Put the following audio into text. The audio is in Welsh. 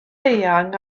eang